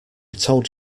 told